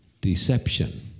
deception